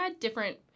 different